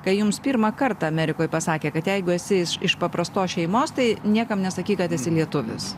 kai jums pirmą kartą amerikoj pasakė kad jeigu esi iš iš paprastos šeimos tai niekam nesakyk kad esi lietuvis